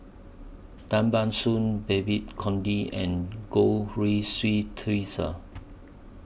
Tan Ban Soon Babes Conde and Goh Rui Si Theresa